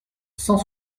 cent